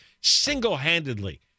single-handedly